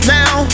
now